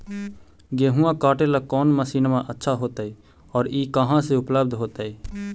गेहुआ काटेला कौन मशीनमा अच्छा होतई और ई कहा से उपल्ब्ध होतई?